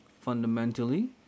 Fundamentally